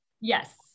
Yes